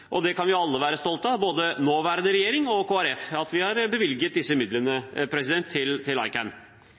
og det kan vi alle være stolt av, både nåværende regjering og Kristelig Folkeparti, at vi har bevilget disse midlene til